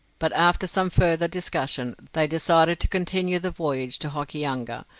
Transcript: but after some further discussion, they decided to continue the voyage to hokianga,